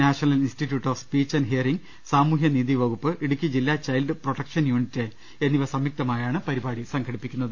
national institute of speech and hearing സാമൂഹ്യ നീതി വകുപ്പ് ഇടുക്കി ജില്ലാ ചൈൽഡ് പ്രൊട്ടക്ഷൻ യൂണിറ്റ് എന്നിവ സംയുക്തമായാണ് പരിപാടി സംഘടിപ്പിക്കുന്നത്